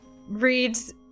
reads